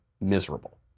miserable